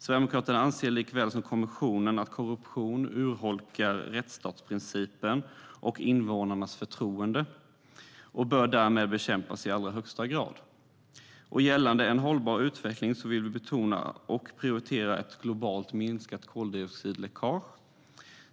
Sverigedemokraterna anser liksom kommissionen att korruption urholkar rättsstatsprincipen och invånarnas förtroende och därmed bör bekämpas i allra högsta grad. Gällande en hållbar utveckling vill vi betona och prioritera ett globalt minskat koldioxidläckage.